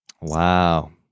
Wow